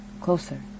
closer